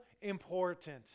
important